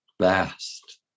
vast